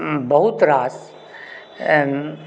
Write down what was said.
बहुत रास